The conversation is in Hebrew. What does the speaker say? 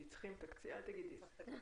כן,